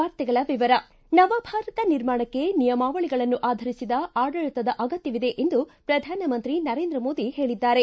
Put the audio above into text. ವಾರ್ತೆಗಳ ವಿವರ ನವಭಾರತ ನಿರ್ಮಾಣಕ್ಕೆ ನಿಯಮಾವಳಗಳನ್ನು ಆಧರಿಸಿದ ಆಡಳಿತದ ಅಗತ್ತವಿದೆ ಎಂದು ಪ್ರಧಾನಮಂತ್ರಿ ನರೇಂದ್ರ ಮೋದಿ ಹೇಳಿದ್ದಾರೆ